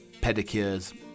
pedicures